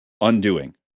undoing